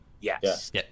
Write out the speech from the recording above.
yes